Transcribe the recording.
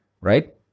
right